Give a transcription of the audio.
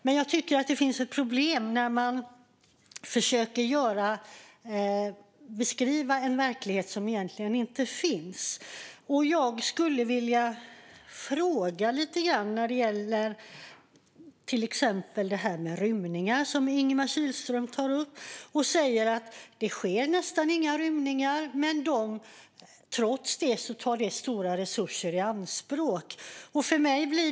Men jag tycker att det finns ett problem när man försöker beskriva en verklighet som egentligen inte finns. Jag skulle vilja ställa en fråga när det gäller till exempel rymningar, som Ingemar Kihlström tar upp. Han säger att det nästan inte sker några rymningar. Men trots det tar detta stora resurser i anspråk.